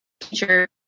teacher